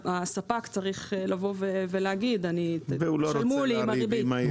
הספק צריך לבוא ולהגיד: "תשלמו לי עם הריבית".